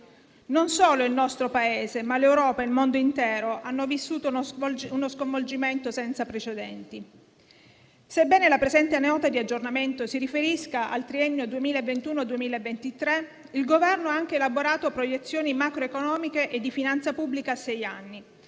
Non solo il nostro Paese, ma l'Europa e il mondo intero hanno vissuto uno sconvolgimento senza precedenti. Sebbene la presente Nota di aggiornamento si riferisca al triennio 2021-2023, il Governo ha anche elaborato proiezioni macroeconomiche e di finanza pubblica a sei anni,